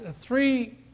three